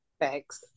Thanks